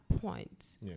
point